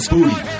Booty